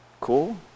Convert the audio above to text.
Cool